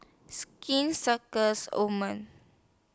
Skin Circus Oh men